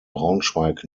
braunschweig